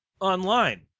online